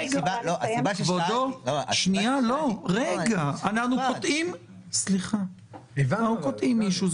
סליחה, אנחנו קוטעים מישהו.